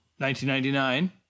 1999